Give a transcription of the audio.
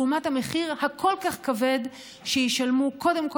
לעומת המחיר הכל-כך כבד שישלמו קודם כול